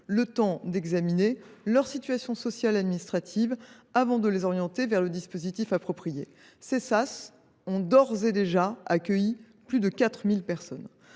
le temps d’examiner leur situation sociale et administrative avant de les orienter vers le dispositif approprié. Ces sas ont d’ores et déjà accueilli plus de 4 000 personnes.